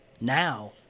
now